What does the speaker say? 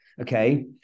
okay